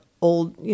old